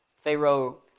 Pharaoh